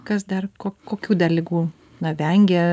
kas dar kokių dar ligų na vengia